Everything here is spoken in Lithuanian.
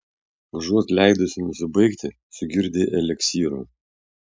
užuot leidusi nusibaigti sugirdei eliksyro